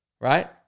right